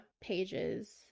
pages